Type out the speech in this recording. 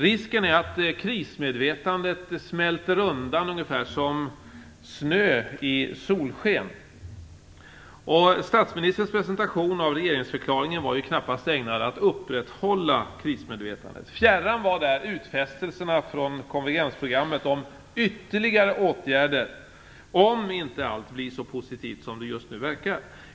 Risken är att krismedvetandet smälter undan som snö i solsken. Statsministerns presentation av regeringsförklaringen var knappast ägnad att upprätthålla krismedvetandet. Fjärran var där utfästelserna från konvergensprogrammet om ytterligare åtgärder om inte allt blir så positivt som det just nu verkar.